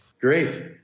Great